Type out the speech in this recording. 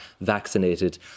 vaccinated